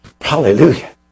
hallelujah